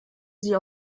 sie